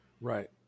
Right